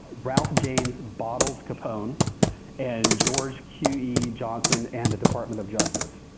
ralph james bottles capone and george q e. johnson and the department of justice.